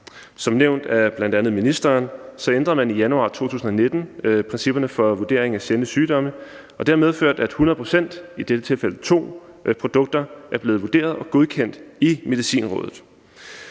Som nævnt af bl.a. ministeren ændrede man i januar 2019 principperne for vurderingen af sjældne sygdomme, og det har medført, at 100 pct. af produkterne – i det her tilfælde to produkter – er blevet vurderet og godkendt i Medicinrådet.